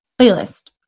playlist